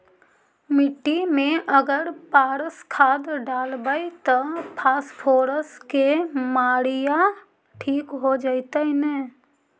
मिट्टी में अगर पारस खाद डालबै त फास्फोरस के माऋआ ठिक हो जितै न?